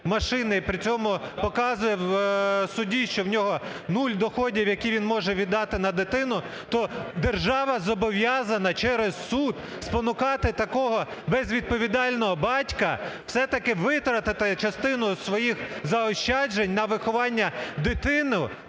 і при цьому показує в суді, що в нього нуль доходів, які він може віддати на дитину, то держава зобов'язана через суд спонукати такого безвідповідального батька все-таки витратити частину своїх заощаджень на виховання дитини,